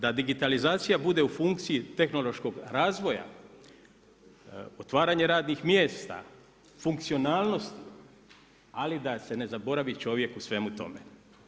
Važno je da digitalizacija bude u funkciji tehnološkog razvoja, otvaranje radnih mjesta, funkcionalnosti, ali da se ne zaboravi čovjek u svemu tome.